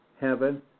heaven